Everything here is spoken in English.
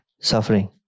suffering